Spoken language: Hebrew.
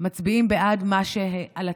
מצביעים על הטיקט